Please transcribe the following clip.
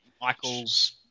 Michael's